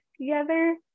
together